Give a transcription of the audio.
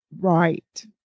right